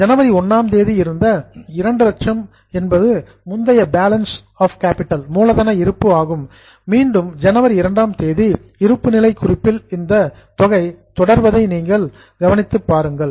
ஜனவரி 1ஆம் தேதி இருந்த 200000 என்பது முந்தைய பேலன்ஸ் ஆஃப் கேபிடல் மூலதன இருப்பு ஆகும் மீண்டும் ஜனவரி 2ஆம் தேதி இருப்புநிலை குறிப்பில் இந்த தொகை தொடர்வதை நீங்கள் அப்சர்வ் கவனித்து பாருங்கள்